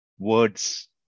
words